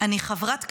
אני חברת כנסת,